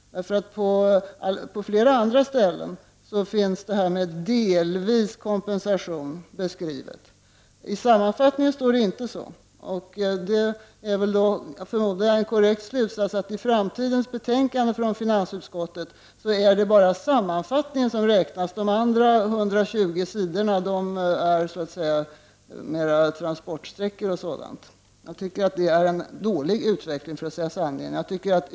På flera andra ställen finns detta med ”delvis kompensation” beskrivet. I sammanfattningen står det inte så. Jag förmodar då att en korrekt slutsats är att i framtidens betänkanden från finansutskottet kommer det bara att vara sammanfattningen som räknas. De övriga 120 sidorna är så att säga mera transportsträckor och sådant. För att säga sanningen tycker jag att det är en dålig utveckling.